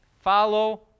Follow